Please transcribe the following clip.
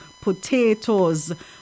potatoes